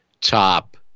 top